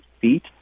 feet